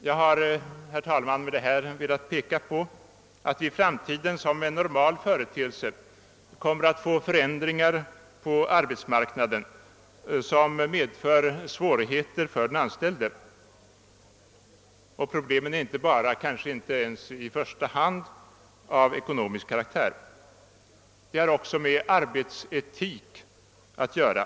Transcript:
Herr talman! Jag har med detta velat framhålla, att vi i framtiden som en normal företeelse kommer att få förändringar på arbetsmarknaden som medför svårigheter för den anställde och att problemen blir inte bara, kanske inte ens i första hand, av ekonomisk karaktär utan också har med arbetsetik att göra.